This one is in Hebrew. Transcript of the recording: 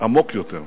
עמוק יותר.